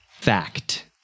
Fact